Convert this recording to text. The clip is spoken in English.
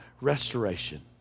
restoration